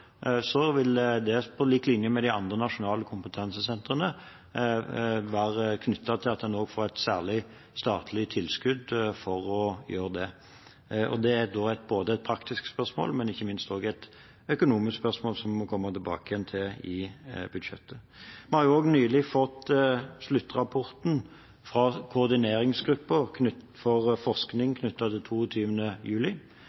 vil det – på lik linje med de andre nasjonale kompetansesentrene – være knyttet til at en også får et særlig statlig tilskudd for å være det. Det er et praktisk spørsmål, men ikke minst også et økonomisk spørsmål, som vi må komme tilbake til i budsjettet. Vi har nylig fått sluttrapporten fra koordineringsgruppen for forskning knyttet til 22. juli.